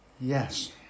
Yes